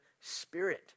spirit